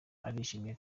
arishimye